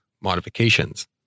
modifications